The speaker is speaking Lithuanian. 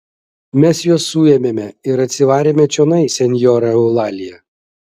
mes juos suėmėme ir atsivarėme čionai senjora eulalija